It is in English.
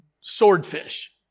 swordfish